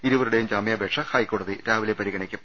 ഇരുവരുടെയും ജാമ്യാപേക്ഷ ഹൈക്കോടതി രാവിലെ പരിഗണിക്കും